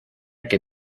que